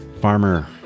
farmer